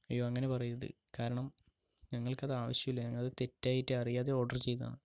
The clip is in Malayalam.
അയ്യോ അങ്ങനെ പറയരുത് കാരണം ഞങ്ങൾക്കത് ആവശ്യം ഇല്ല ഞങ്ങളത് തെറ്റായിട്ട് അറിയാതെ ഓർഡർ ചെയ്തതാണ്